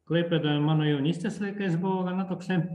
klaipėda mano jaunystės laikais buvo gana toksai